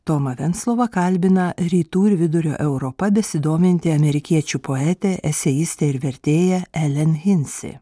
tomą venclovą kalbina rytų ir vidurio europa besidominti amerikiečių poetė eseistė ir vertėja elen hinsi